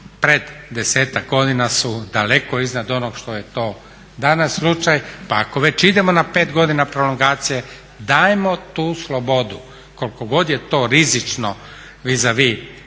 pred 10-ak godina su daleko iznad onog što je to danas slučaj pa ako već idemo na 5 godina prolongacije dajmo tu slobodu, koliko god je to rizično vis-a-vis